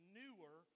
newer